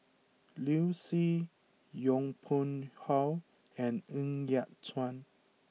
Liu Si Yong Pung How and Ng Yat Chuan